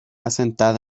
asentada